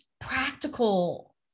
practical